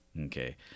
Okay